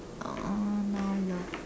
uh now love